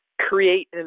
Create